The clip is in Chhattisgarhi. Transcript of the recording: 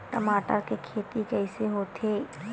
टमाटर के खेती कइसे होथे?